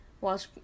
watch